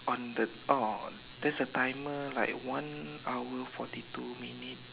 on the oh there's a timer like one hour forty two minute